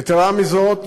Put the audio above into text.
יתרה מזאת,